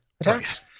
attacks